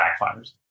backfires